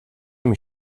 mich